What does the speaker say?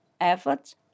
efforts